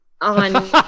on